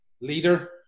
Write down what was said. leader